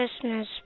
Christmas